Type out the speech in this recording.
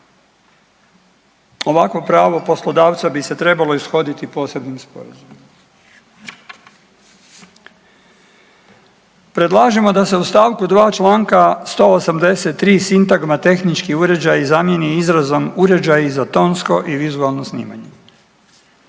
Ovakvo pravo poslodavca bi se trebalo ishoditi posebnim sporazumom. Predlažemo da se u st. 2 čl. 183 sintagma „tehnički uređaji“ zamijeni izrazom „uređaji za tonsko i vizualno snimanje“.